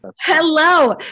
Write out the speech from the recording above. Hello